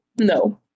No